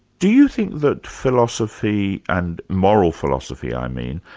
do you think that philosophy, and moral philosophy i mean,